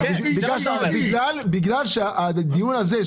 בגלל שהדיון הזה,